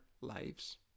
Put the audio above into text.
lives